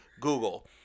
Google